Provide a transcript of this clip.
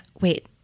wait